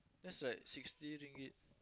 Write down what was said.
that's like sixty ringgit